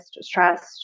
stressed